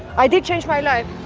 i did change my life.